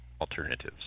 alternatives